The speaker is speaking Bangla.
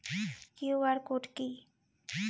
কিউ.আর কোড কি?